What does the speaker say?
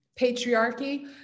patriarchy